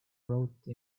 wrote